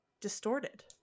distorted